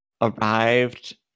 arrived